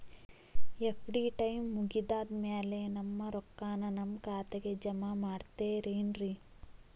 FD time ಮುಗಿದಾದ್ ಮ್ಯಾಲೆ ನಮ್ ರೊಕ್ಕಾನ ನಮ್ ಖಾತೆಗೆ ಜಮಾ ಮಾಡ್ತೇರೆನ್ರಿ?